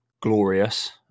glorious